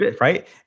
right